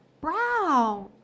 brown